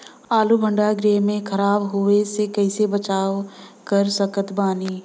आलू भंडार गृह में खराब होवे से कइसे बचाव कर सकत बानी?